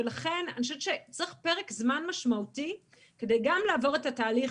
לכן אני חושבת שצריך פרק זמן משמעותי כדי גם לעבור את התהליך